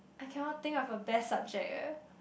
I cannot think of a best subject eh